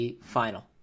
final